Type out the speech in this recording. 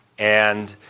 and,